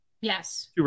Yes